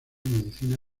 medicina